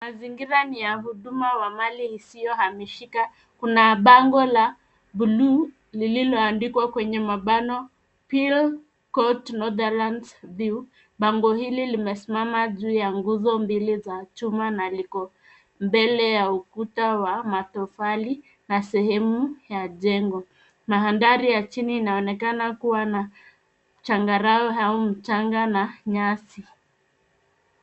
Mazingira ni ya huduma wa mali isiyohamishika. Kuna bango la bluu lililoandikwa kwenye mabano Pearl Court Northlands View . Bango hili limesimama juu ya nguzo mbili za chuma na liko mbele ya ukuta wa tofali na sehemu ya jengo. Na mandhari ya chini inaonekana kuwa na changarawe au mchanga na nyasi.